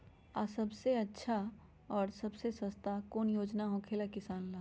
आ सबसे अच्छा और सबसे सस्ता कौन योजना होखेला किसान ला?